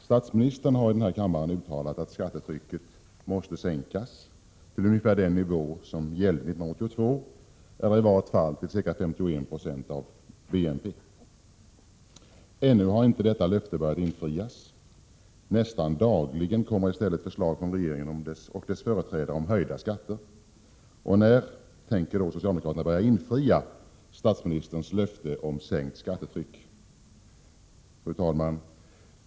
Statsministern har i denna kammare uttalat att skattetrycket måste sänkas till ungefär den nivå som gällde 1982 eller i varje fall till ca 51 90 av BNP. Ännu har inte detta löfte börjat infrias. Nästan dagligen kommer i stället förslag från regeringen och dess företrädare om höjda skatter. När tänker socialdemokraterna infria statsministerns löfte om en sänkning av skattetrycket? Fru talman!